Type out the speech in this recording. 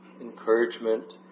encouragement